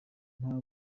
nta